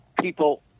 people